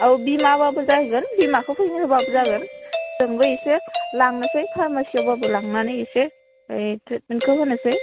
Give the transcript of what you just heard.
औ बिमाब्लाबो जागोन बिमाखौ फैनो होब्लाबो जागोन जोंबो एसे लांनोसै फारमासिआवब्लाबो लांनानै एसे ट्रिटमेन्टखो होनोसै